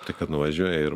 tai kad nuvažiuoja ir